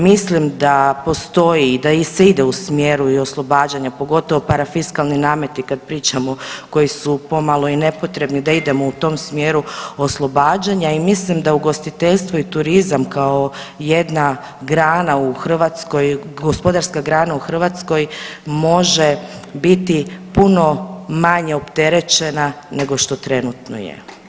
Mislim da postoji i da se ide u smjeru i oslobađanja pogotovo parafiskalni nameti kada pričamo koji su pomalo i nepotrebni da idemo u tom smjeru oslobađanja i mislim da ugostiteljstvo i turizam kao jedna grana u Hrvatskoj, gospodarska grana u Hrvatskoj može biti puno manje opterećena nego što trenutno je.